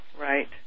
right